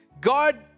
God